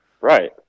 right